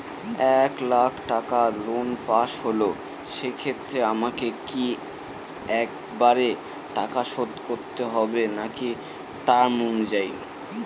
এক লাখ টাকা loan pass হল সেক্ষেত্রে আমাকে কি একবারে টাকা শোধ করতে হবে নাকি টার্ম অনুযায়ী?